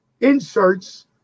inserts